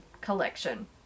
collection